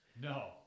No